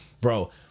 bro